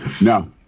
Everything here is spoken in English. No